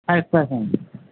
five percent